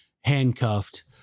handcuffed